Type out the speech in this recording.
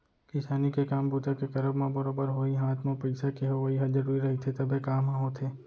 किसानी के काम बूता के करब म बरोबर होही हात म पइसा के होवइ ह जरुरी रहिथे तभे काम ह होथे